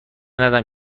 ندم